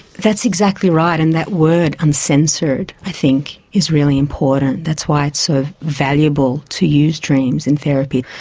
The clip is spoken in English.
that's exactly right. and that word uncensored i think is really important that's why it's so valuable to use dreams in therapy.